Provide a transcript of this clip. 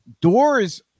Doors